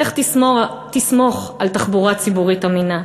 לך תסמוך על תחבורה ציבורית אמינה.